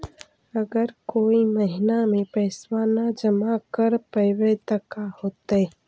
अगर कोई महिना मे पैसबा न जमा कर पईबै त का होतै?